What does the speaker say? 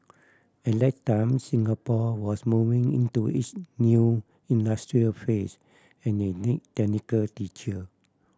at that time Singapore was moving into its new industrial phase and they need technical teacher